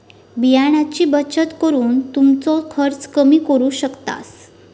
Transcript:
बियाण्यांची बचत करून तुमचो खर्च कमी करू शकतास